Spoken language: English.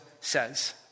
says